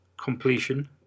completion